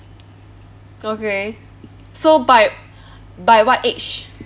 okay so by by what age